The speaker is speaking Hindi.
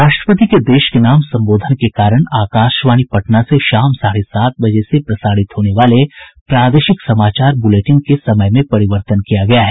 राष्ट्रपति के देश के नाम संबोधन के कारण आकाशवाणी पटना से शाम साढ़े सात बजे प्रसारित होने वाले प्रादेशिक समाचार ब्रलेटिन के समय में परिवर्तन किया गया है